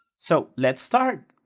so let's start!